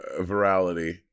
virality